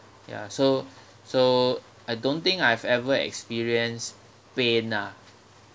ya so so I don't think I've ever experience pain ah